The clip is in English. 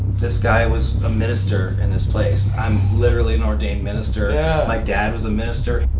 this guy was a minister in this place. i'm literally an ordained minister yeah my dad was a minister.